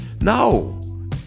no